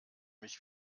mich